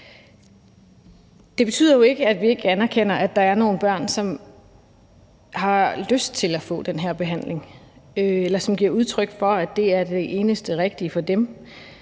Det betyder jo ikke, at vi ikke anerkender, at der er nogle børn, som har lyst til at få den her behandling, eller som giver udtryk for, at det er det eneste rigtige for dem.